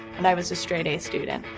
and i was a straight-a student.